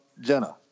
Jenna